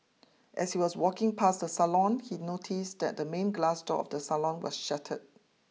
as he was walking past the salon he noticed that the main glass door of the salon was shattered